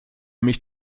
mich